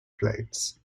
planes